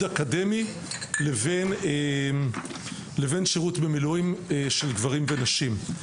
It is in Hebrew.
אקדמי לבין שירות במילואים של גברים ונשים.